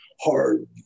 hard